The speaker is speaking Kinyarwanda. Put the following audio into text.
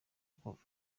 kuva